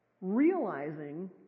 realizing